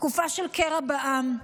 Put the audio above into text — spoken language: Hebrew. תקופה של קרע בעם.